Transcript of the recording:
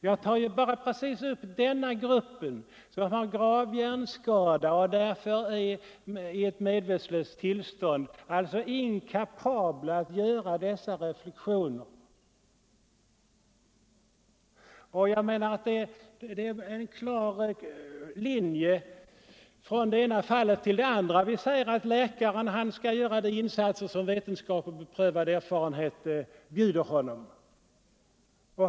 Jag tar upp bara gruppen med grav hjärnskada, som är i medvetslöst tillstånd och alltså inkapabel att göra dessa reflexioner. Vi säger att läkaren skall göra de insatser som vetenskap och beprövad erfarenhet bjuder honom.